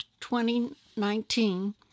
2019